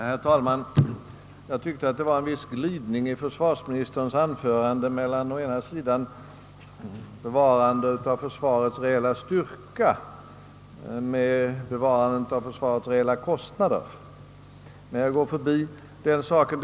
Herr talman! Jag tyckte att försvarsministerns anförande innehöll en viss glidning mellan å ena sidan bevarandet av försvarets reella styrka och å andra sidan bevarandet av försvarets reella kostnader, men jag går förbi den saken.